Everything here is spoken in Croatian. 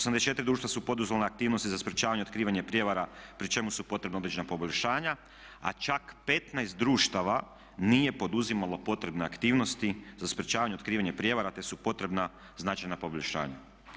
84 društva su poduzele aktivnosti za sprječavanje i otkrivanje prijevara pri čemu su potrebna određena poboljšanja a čak 15 društava nije poduzimalo potrebne aktivnosti za sprječavanje i otkrivanje prijevara te su potrebna značajna poboljšanja.